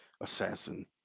assassin